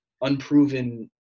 unproven